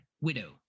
widow